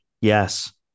yes